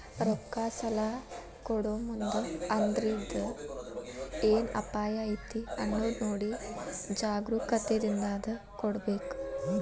ರೊಕ್ಕಾ ಸಲಾ ಕೊಡೊಮುಂದ್ ಅದ್ರಿಂದ್ ಏನ್ ಅಪಾಯಾ ಐತಿ ಅನ್ನೊದ್ ನೊಡಿ ಜಾಗ್ರೂಕತೇಂದಾ ಕೊಡ್ಬೇಕ್